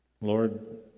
Lord